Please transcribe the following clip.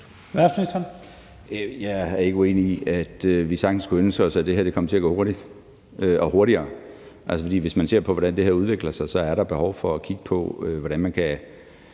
Jeg er ikke uenig i, at vi sagtens kunne ønske os, at det her kom til at gå hurtigt og også hurtigere. Hvis man ser på, hvordan det her udvikler sig, er der behov for at kigge på, hvordan man kan